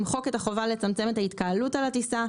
למחוק את החובה לצמצם את ההתקהלות על הטיסה,